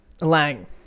Lang